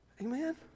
Amen